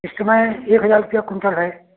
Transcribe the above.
इस समय एक हज़ार रुपया कुंटल है